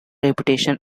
reputation